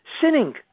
sinning